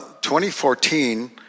2014